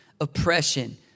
oppression